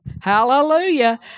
hallelujah